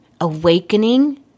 awakening